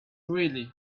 really